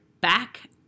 back